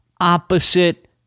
opposite